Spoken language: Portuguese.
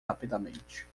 rapidamente